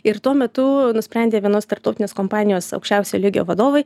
ir tuo metu nusprendė vienos tarptautinės kompanijos aukščiausio lygio vadovai